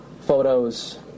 photos